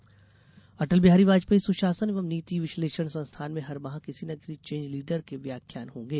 सुशासन संस्थान अटल बिहारी वाजपेयी सुशासन एवं नीति विश्लेषण संस्थान में हर माह किसी न किसी चेंज लीडर के व्याख्यान होंगे